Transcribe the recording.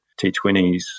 T20s